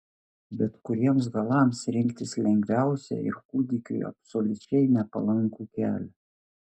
bet kuriems galams rinktis lengviausia ir kūdikiui absoliučiai nepalankų kelią